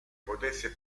potesse